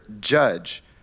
judge